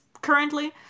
currently